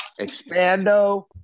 expando